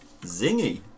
Zingy